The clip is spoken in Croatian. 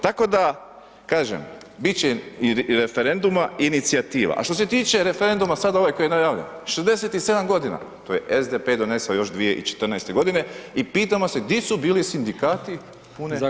Tako da kažem bit će i referenduma inicijativa, a što se tiče referenduma sad ovaj koji je najavljen 67 godina, to je SDP doneso još 2014. godine i pitamo se gdje su bili sindikati [[Upadica: Zahvaljujem.]] pune 4 godine.